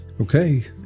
Okay